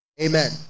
Amen